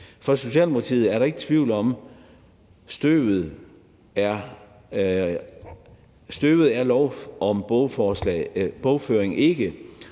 For Socialdemokratiet er der ikke tvivl om, at støvet er lovforslaget om bogføring ikke.